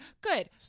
Good